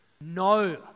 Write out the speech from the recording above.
no